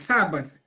Sabbath